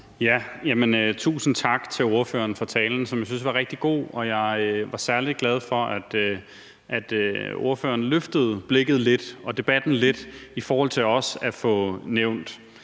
Tusind tak til ordføreren for talen, som jeg synes var rigtig god. Jeg var også særlig glad for, at ordføreren løftede blikket lidt og debatten lidt i forhold til at få nævnt,